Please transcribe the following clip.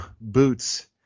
Boots